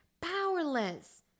powerless